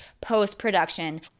post-production